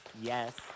Yes